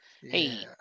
Hey